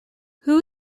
who